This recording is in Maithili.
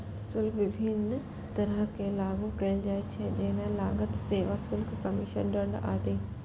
शुल्क विभिन्न तरह सं लागू कैल जाइ छै, जेना लागत, सेवा शुल्क, कमीशन, दंड आदि